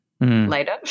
later